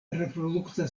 reprodukta